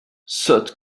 sotte